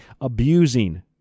abusing